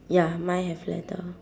ya mine have ladder